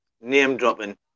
Name-dropping